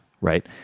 right